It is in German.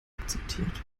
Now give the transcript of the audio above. akzeptiert